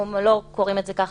אנחנו לא קוראים את זה ככה,